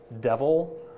devil